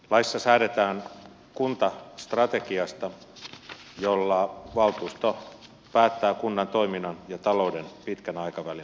laissa säädetään kuntastrategiasta jolla valtuusto päättää kunnan toiminnan ja talouden pitkän aikavälin tavoitteista